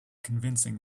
convincing